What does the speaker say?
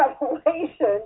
Revelation